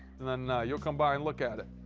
then you'll come by and look at it?